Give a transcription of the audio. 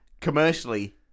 Commercially